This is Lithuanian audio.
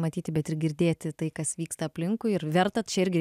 matyti bet ir girdėti tai kas vyksta aplinkui ir verta čia irgi